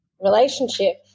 relationship